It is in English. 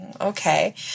okay